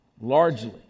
largely